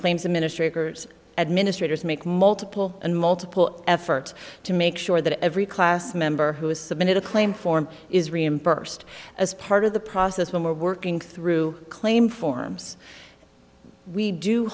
claims administrators administrators make multiple and multiple efforts to make sure that every class member who has submitted a claim form is reimbursed as part of the process when we're working through claim forms we do